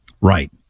Right